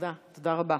תודה רבה.